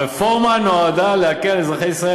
הרפורמה נועדה להקל על אזרחי ישראל,